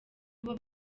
kuba